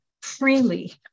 freely